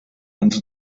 ens